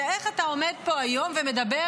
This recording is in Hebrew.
זה איך אתה עומד פה היום ומדבר,